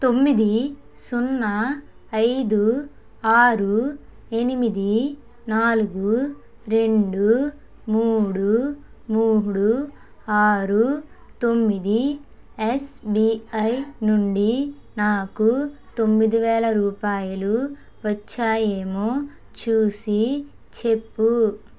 తొమ్మిది సున్నా ఐదు ఆరు ఎనిమిది నాలుగు రెండు మూడు మూడు ఆరు తొమ్మిది ఎస్బిఐ నుండి నాకు తొమ్మిది వేల రూపాయలు వచ్చాయేమో చూసి చెప్పు